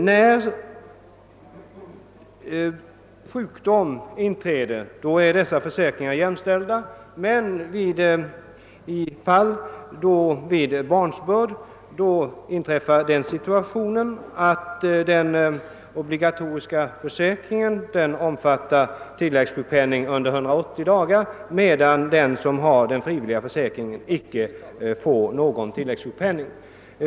Vid sjukdom är försäkringarna jämställda, men vid barnsbörd omfattar den obligatoriska försäkringen även tilläggssjukpenning under 180 dagar, medan den som har tecknat frivillig försäkring inte får någon sådan tilläggssjukpenning.